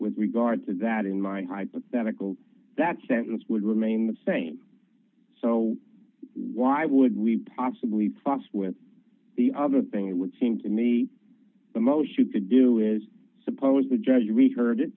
with regard to that in my hypothetical that sentence would remain the same so why would we possibly fuss with the other thing it would seem to me the most you could do is suppose the judge